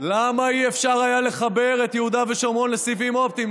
למה לא היה אפשר לחבר את יהודה ושומרון לסיבים אופטיים,